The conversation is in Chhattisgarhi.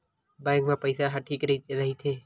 बैंक मा पईसा ह ठीक राइथे?